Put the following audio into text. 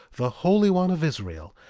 the holy one of israel,